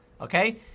Okay